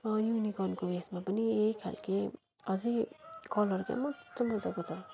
अँ युनिकर्नको यसमा पनि यही खालको अझै कलर क्या मजा मजाको छ